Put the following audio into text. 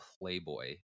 Playboy